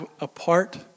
apart